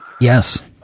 Yes